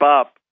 up